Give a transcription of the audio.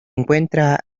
encuentra